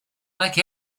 like